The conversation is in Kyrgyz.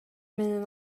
менен